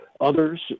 others